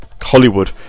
Hollywood